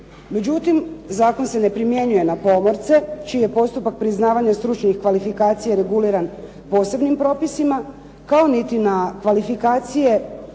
Međutim, zakon se ne primjenjuje na pomorce čiji je postupak priznavanja stručnih kvalifikacija reguliran posebnim propisima, kao niti na kvalifikacije